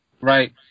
right